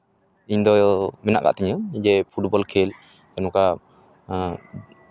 ᱤᱧᱫᱚ ᱢᱮᱱᱟᱜ ᱠᱟᱜ ᱛᱤᱧᱟ ᱡᱮ ᱯᱷᱩᱴᱵᱚᱞ ᱠᱷᱮᱞ ᱱᱚᱝᱠᱟ ᱦᱮᱸ